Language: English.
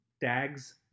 tags